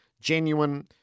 genuine